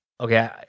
Okay